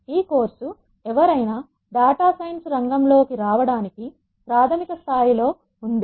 ఈ కోర్సు ఎవరైనా data science రంగంలోకి రావడానికి ప్రాథమిక స్థాయిలో ఉంది